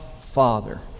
Father